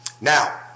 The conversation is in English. Now